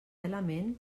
element